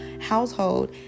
household